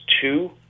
two